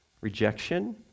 rejection